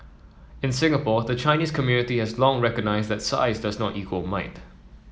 in Singapore the Chinese community has long recognised that size does not equal might